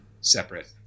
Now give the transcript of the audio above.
separate